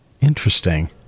Interesting